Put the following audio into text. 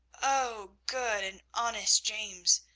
oh, good and honest james!